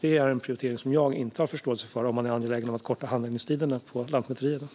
Det är en prioritering som jag inte har förståelse för, om man är angelägen om att korta handläggningstiderna på lantmäterierna.